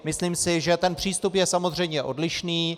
Myslím si, že ten přístup je samozřejmě odlišný.